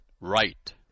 right